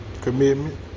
Commitment